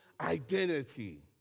identity